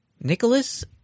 Nicholas